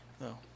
No